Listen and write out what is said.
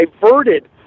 diverted